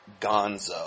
gonzo